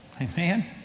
Amen